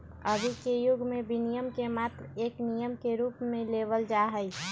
अभी के युग में विनियमन के मात्र एक नियम के रूप में लेवल जाहई